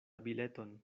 bileton